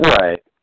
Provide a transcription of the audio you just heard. Right